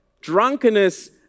drunkenness